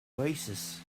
oasis